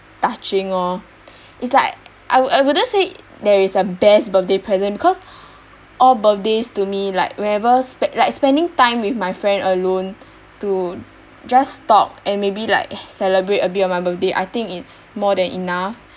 touching lor it's like I would~ I wouldn't say there is a best birthday present because all birthdays to me like whenever like spending time with my friend alone to just talk and maybe like celebrate a bit of my birthday I think it's more than enough